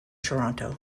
toronto